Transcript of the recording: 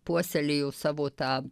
puoselėjo savo tą